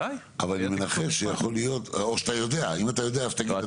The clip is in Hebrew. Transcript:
או שאתה יודע ואם אתה יודע אז תגיד גם אותם.